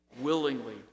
Willingly